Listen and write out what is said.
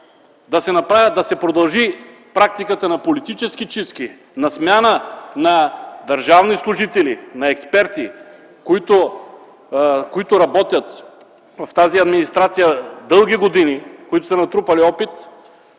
да се продължи практиката на политически чистки, на смяна на държавни служители, на експерти, които работят в тази администрация дълги години, които са натрупали опит,